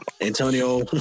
Antonio